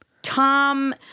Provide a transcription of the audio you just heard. Tom